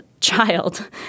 child